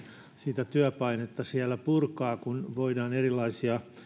sitä työpainetta siellä purkaa kun voidaan erilaisia